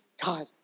God